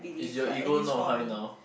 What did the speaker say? is your ego not high now